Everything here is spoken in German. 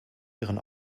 ihren